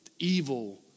Evil